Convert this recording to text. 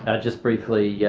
ah just briefly, yeah